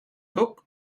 took